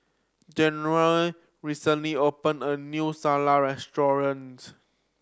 Jerimy recently opened a new Salsa Restaurant